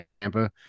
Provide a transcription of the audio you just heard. Tampa